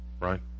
right